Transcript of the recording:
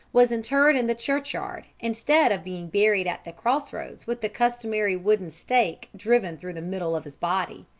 was interred in the churchyard, instead of being buried at the cross-roads with the customary wooden stake driven through the middle of his body.